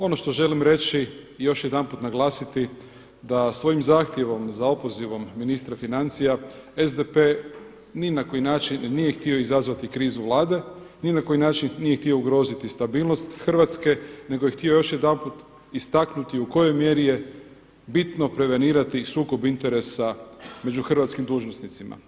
Ono što želim reći i još jedanput naglasiti da svojim zahtjevom za opozivom ministra financija SDP ni na koji način nije htio izazvati krizu Vlade, ni na koji način nije htio ugroziti stabilnost Hrvatske, nego je htio još jedanput istaknuti u kojoj mjeri je bitno prevenirati sukob interesa među hrvatskim dužnosnicima.